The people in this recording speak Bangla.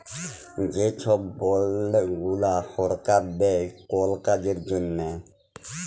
যে ছব বল্ড গুলা সরকার দেই কল কাজের জ্যনহে